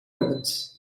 ribbons